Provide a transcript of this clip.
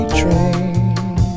train